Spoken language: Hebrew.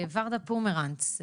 ורדה פומרנץ,